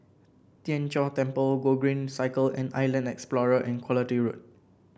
Tien Chor Temple Gogreen Cycle and Island Explorer and Quality Road